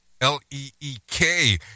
L-E-E-K